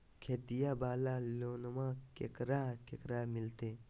खेतिया वाला लोनमा केकरा केकरा मिलते?